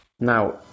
Now